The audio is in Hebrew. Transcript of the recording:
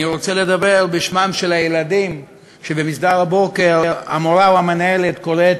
אני רוצה לדבר בשמם של הילדים שבמסדר הבוקר המורה או המנהלת קוראת